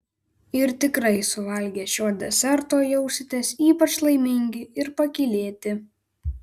ir tikrai suvalgę šio deserto jausitės ypač laimingi ir pakylėti